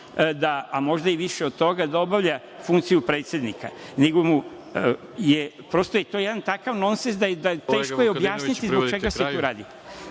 a možda i više od toga, da obavlja funkciju predsednika, nego je prosto to jedan takav nonsens da je teško objasniti zbog čega se to radi.